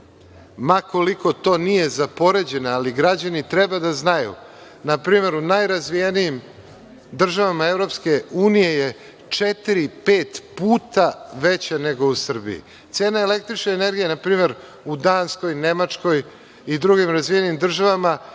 ma koliko to nije za poređenje, ali građani treba da znaju. Na primer, u najrazvijenijim državama EU je četiri, pet puta veća nego u Srbiji. Cena električne energije, na primer u Danskoj, Nemačkoj i drugim razvijenim državama